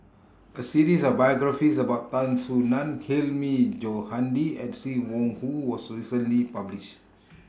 A series of biographies about Tan Soo NAN Hilmi Johandi and SIM Wong Hoo was recently published